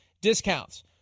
discounts